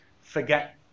forget